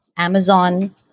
Amazon